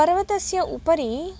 पर्वतस्य उपरि